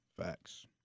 Facts